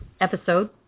episode